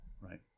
Right